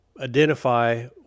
identify